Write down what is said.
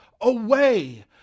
away